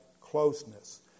closeness